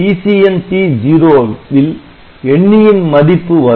TCNT0 வில் எண்ணியின் மதிப்பு வரும்